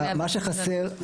מה שחסר,